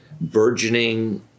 burgeoning